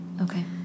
Okay